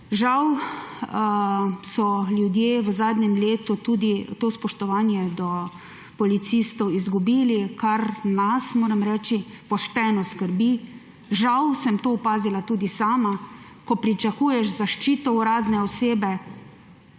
Žal so ljudje v zadnjem letu tudi to spoštovanje do policistov izgubili, kar nas, moram reči, pošteno skrbi. Žal sem to opazila tudi sama. Ko pričakuješ zaščito uradne osebe,